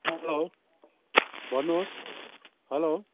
hello भन्नुहोस् hello